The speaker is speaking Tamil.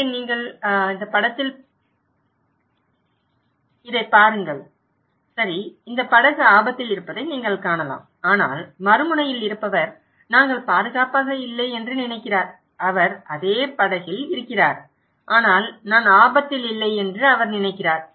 இங்கே இந்த படத்தில் இதைப் பாருங்கள் சரி இந்த படகு ஆபத்தில் இருப்பதை நீங்கள் காணலாம் ஆனால் மறுமுனையில் இருப்பவர் நாங்கள் பாதுகாப்பாக இல்லை என்று நினைக்கிறார் அவர் அதே படகில் இருக்கிறார் ஆனால் நான் ஆபத்திலில்லை என்று அவர் நினைக்கிறார்